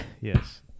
yes